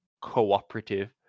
cooperative